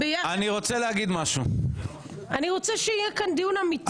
אני רוצה שיהיה כאן דיון אמיתי.